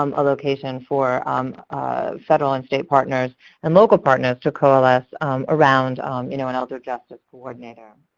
um a location for federal and state partners and local partners to coalesce around you know an elder justice coordinator.